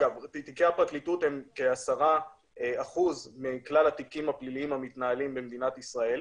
שהם כ-10% מכלל התיקים הפליליים המתנהלים במדינת ישראל,